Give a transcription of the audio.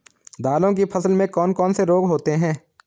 दालों की फसल में कौन कौन से रोग होते हैं?